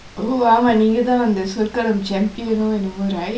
oh ஆமா நீங்க தான் அந்த சொற்களம்:aamaa neengka thaan andtha sorkalam champion என்னமோ:ennamo right